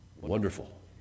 Wonderful